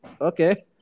okay